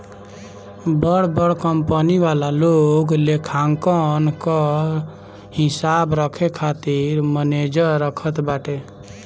बड़ बड़ कंपनी वाला लोग लेखांकन कअ हिसाब रखे खातिर मनेजर रखत बाटे